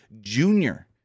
Junior